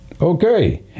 Okay